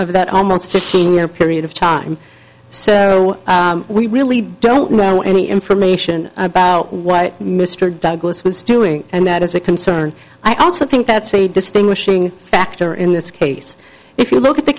of that almost fifteen year period of time so we really don't know any information about what mr douglas was doing and that is a concern i also think that's a distinguishing factor in this case if you look at the